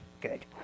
Good